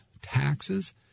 taxes